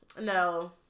no